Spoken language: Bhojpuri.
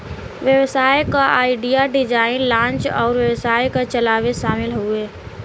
व्यवसाय क आईडिया, डिज़ाइन, लांच अउर व्यवसाय क चलावे शामिल हउवे